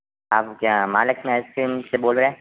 आप क्या आइसक्रीम से बोल रहें हैं